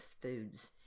foods